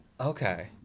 Okay